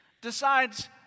decides